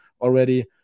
already